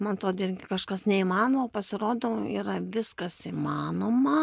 man atrodė irgi kažkas neįmanomo o pasirodo yra viskas įmanoma